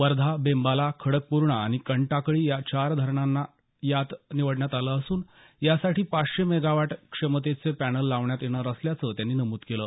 वर्धा बेंबाला खडकपूर्णा आणि कंटाकळी या चार धरणांना यात निवडण्यात आलं असून यासाठी पाचशे मेगावॅट क्षमतेचे पॅनल लावण्यात येणार असल्याचं त्यांनी नमुद केलं